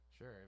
Sure